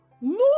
No